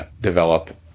develop